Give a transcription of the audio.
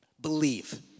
Believe